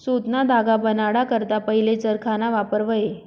सुतना धागा बनाडा करता पहिले चरखाना वापर व्हये